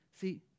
See